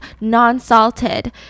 non-salted